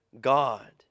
God